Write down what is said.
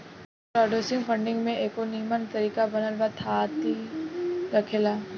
crowdsourcing funding के एगो निमन तरीका बनल बा थाती रखेला